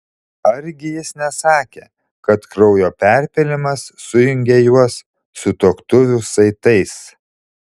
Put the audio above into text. argi jis nesakė kad kraujo perpylimas sujungė juos sutuoktuvių saitais